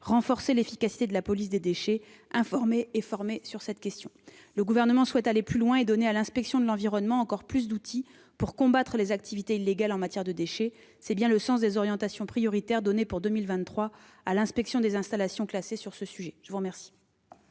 renforcer l'efficacité de la police des déchets, informer et former sur cette question. Le Gouvernement souhaite aller plus loin et donner à l'inspection générale de l'environnement et du développement durable davantage d'outils pour combattre les activités illégales en matière de déchets. C'est bien le sens des orientations prioritaires données pour 2023 à l'inspection des installations classées sur ce sujet. La parole